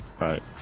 Right